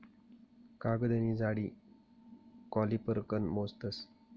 कागदनी जाडी कॉलिपर कन मोजतस